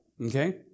okay